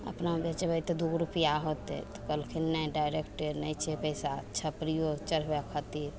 अपना बेचबय तऽ दू गो रूपैआ होतय तऽ कहलखिन नहि डाइरेक्टे नहि छै पैसा छपरियो चढ़बय खातिर